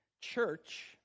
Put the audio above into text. church